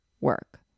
work